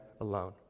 alone